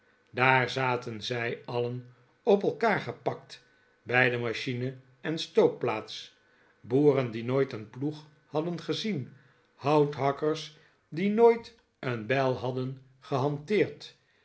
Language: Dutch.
daar zaten zij alien op elkaar gepakt bij de machine en stookplaats boeren die nooit een ploeg hadden gezien houthakkers die nooit een bijl hadden gehanteerd